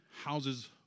houses